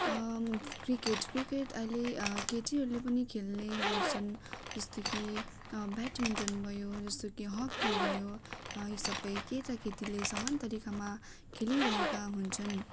cricket cricket अहिले केटीहरूले पनि खेल्ने गर्छन् जस्तो कि बेडमिन्टन भयो जस्तो कि हक्की भयो यो सबै केटाकेटीले समान तरिकामा खेलिरहेका हुन्छन्